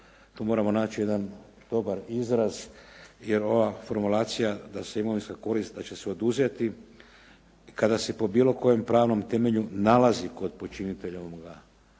to moramo naći jedan dobar izraz jer ova formulacija da se imovinska korist da će se oduzeti i kada se po bilo kojem pravnom temelju nalazi kod počinitelja bračnog